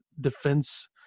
defense